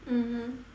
mmhmm